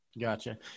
Gotcha